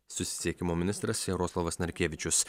susisiekimo ministras jaroslavas narkevičius